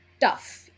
tough